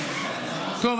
טוב.